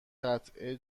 قطعه